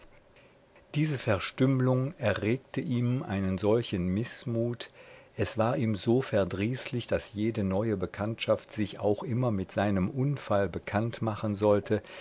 diese verstümmlung erregte ihm einen solchen mißmut es war ihm so verdrießlich daß jede neue bekanntschaft sich auch immer mit seinem unfall bekannt machen sollte